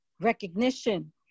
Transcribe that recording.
recognition